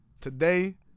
Today